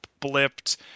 blipped